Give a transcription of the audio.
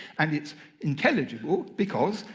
and it's intelligible because,